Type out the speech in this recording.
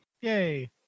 yay